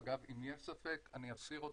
ואגב, אם יש ספק, אני אסיר אותו.